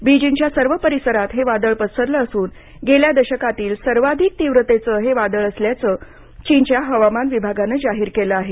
बीजिंगच्या सर्व परिसरात हे वादळ पसरलं असून गेल्या दशकातील हे सर्वाधिक तीव्रतेचं वादळ असल्याचं चीनच्या हवामान विभागानं जाहीर केलं आहे